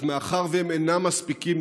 אך מאחר שהם אינם מספיקים,